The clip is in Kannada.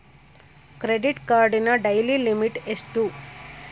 ಕ್ರೆಡಿಟ್ ಕಾರ್ಡಿನ ಡೈಲಿ ಲಿಮಿಟ್ ಎಷ್ಟು?